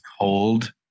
cold